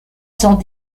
cent